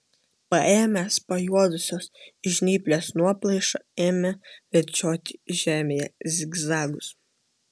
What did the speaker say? paėmęs pajuodusios žnyplės nuoplaišą ėmė vedžioti žemėje zigzagus